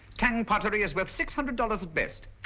tang pottery is worth six hundred dollars at best.